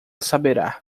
saberá